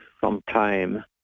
sometime